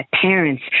parents